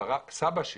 סבא שלי,